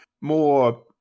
more